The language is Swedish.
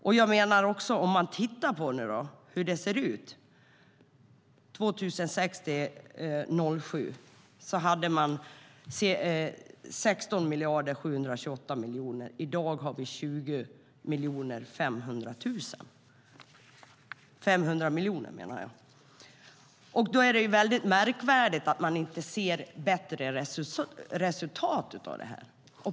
Om vi tittar på hur det såg ut 2006/07 kan vi notera att man hade 16 728 miljoner. I dag är det 20 500 miljoner. Då är det väldigt märkvärdigt att man inte ser bättre resultat.